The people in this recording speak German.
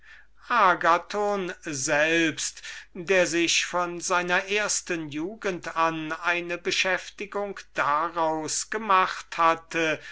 agathon selbst der sich von seiner ersten jugend an eine beschäftigung daraus gemacht hatte